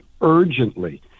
urgently